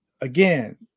again